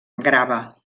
grava